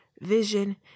Vision